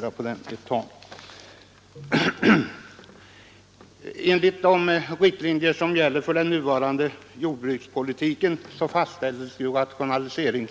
Rationaliseringsbestämmelserna och riktlinjerna för den nuvarande jordbrukspolitiken fastställdes 1967.